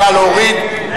מענקים שוטפים לרשויות,